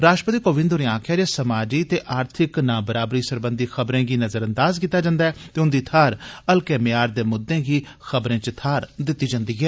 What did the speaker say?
राश्ट्रपति कोविन्द होरे आक्खेआ जे समाजी ते आर्थिक नाबराबरी सरबंधी खबरें गी नजरअंदाज कीता जन्दा ऐ ते उन्दी थाहर हल्के मयार दे मुद्दे गी खबरें च थाहर दिती जन्दी ऐ